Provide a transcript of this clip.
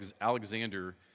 Alexander